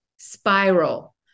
spiral